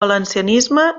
valencianisme